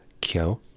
Kyo